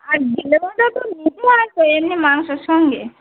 আর মেটে তো নিজে আসে এমনি মাংসর সঙ্গে